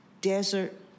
desert